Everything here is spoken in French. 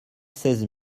seize